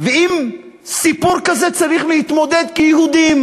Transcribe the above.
ועם סיפור כזה צריך להתמודד כיהודים,